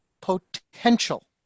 potential